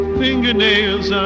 fingernails